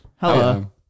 Hello